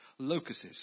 Locuses